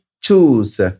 choose